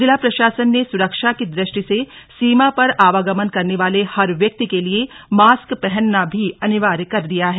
जिला प्रशासन ने सुरक्षा की दृष्टि से सीमा पर आवागमन करने वाले हर व्यक्ति के लिए मास्क पहनना भी अनिवार्य कर दिया है